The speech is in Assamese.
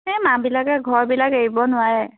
এই মা বিলাকে ঘৰ বিলাক এৰিব নোৱাৰে